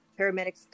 Paramedics